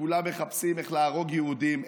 שכולם מחפשים איך להרוג יהודים.